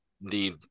need